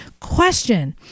question